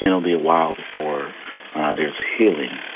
you know be awhile before there's healing